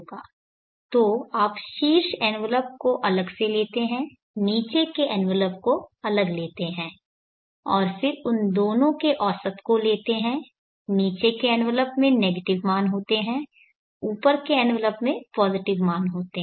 तो आप शीर्ष एनवलप को अलग से लेते हैं नीचे के एनवलप को अलग लेते हैं और फिर उन दोनों के औसत को लेते हैं नीचे के एनवलप में नेगेटिव मान होते हैं ऊपर के एनवलप में पॉजिटिव मान होते हैं